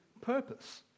purpose